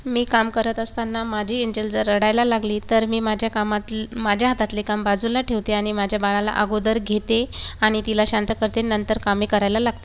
मी काम करत असताना माझी एंजल जर रडायला लागली तर मी माझ्या कामात माझ्या हातातले काम बाजूला ठेवते आणि माझ्या बाळाला अगोदर घेते आणि तिला शांत करते नंतर कामे करायला लागते